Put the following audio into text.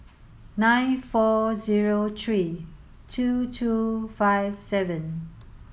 nine four zero three two two five seven